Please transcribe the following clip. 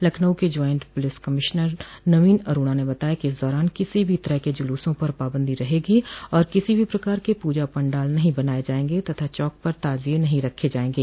लखनऊ के joint police commissioner Naveen Arora ने बताया कि इस दौरान किसी भी तरह के जुलूसों पर पाबंदी रहेगी और किसी भी प्रकार के पूजा पंडाल नहीं बनाये जायेंगे तथा चौक पर ताजिये नहीं रखे जायेंगे